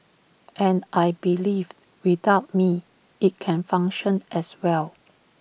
and I believe without me IT can function as well